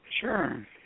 Sure